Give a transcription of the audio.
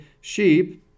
sheep